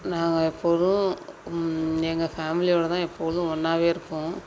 நாங்கள் எப்போதும் எங்கள் ஃபேமிலியோடு தான் எப்போதும் ஒன்னாகவே இருப்போம்